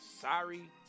Sorry